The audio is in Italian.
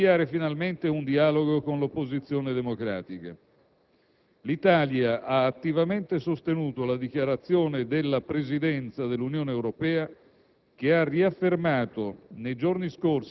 In questo spirito, il nostro Paese sta operando per promuovere, in tutti gli ambiti opportuni, dalle Nazioni Unite all'Unione Europea, tutte le iniziative necessarie per sostenere